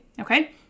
Okay